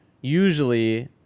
usually